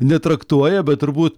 netraktuoja bet turbūt